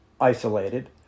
isolated